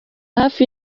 hafi